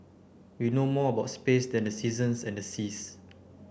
we know more about space than the seasons and the seas